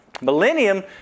millennium